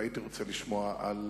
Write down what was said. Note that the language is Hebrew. והייתי רוצה לשמוע על